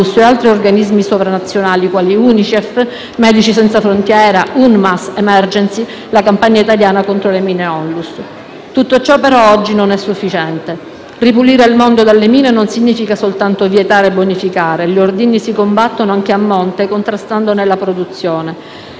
e altri organismi sovranazionali, quali UNICEF, Medici senza frontiere, UNMAS, *Emergency*, la Campagna italiana contro le Mine Onlus. Tutto ciò, però, oggi non è sufficiente. Ripulire il mondo dalle mine non significa soltanto vietare e bonificare. Gli ordigni si combattono anche a monte, contrastandone la produzione.